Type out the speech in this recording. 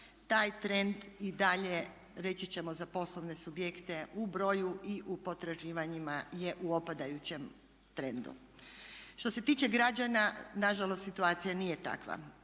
taj trend i dalje reći ćemo za poslovne subjekte u broju i u potraživanjima je u opadajućem trendu. Što se tiče građana nažalost situacija nije takva.